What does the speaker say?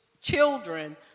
children